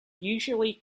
usually